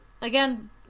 again